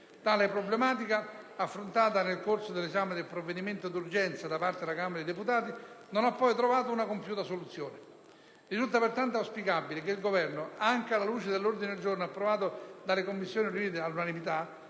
Tale problematica, affrontata nel corso dell'esame del provvedimento d'urgenza da parte della Camera dei deputati, non ha poi trovato una compiuta soluzione. Risulta pertanto auspicabile che il Governo, anche alla luce dell'ordine del giorno approvato dalle Commissioni riunite all'unanimità,